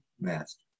master